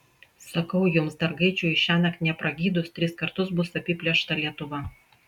sakau jums dar gaidžiui šiąnakt nepragydus tris kartus bus apiplėšta lietuva